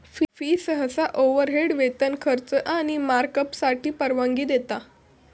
fee सहसा overhead, वेतन, खर्च आणि मार्कअपसाठी परवानगी देता